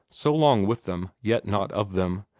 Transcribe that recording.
so long with them, yet not of them,